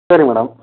சரி மேடம்